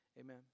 Amen